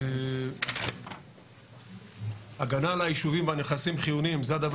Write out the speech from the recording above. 1. הגנה על ישובים ונכסים חיוניים זה הדבר